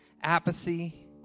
Apathy